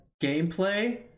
gameplay